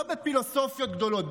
לא בפילוסופיות גדולות,